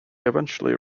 eventually